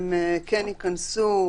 ייכנסו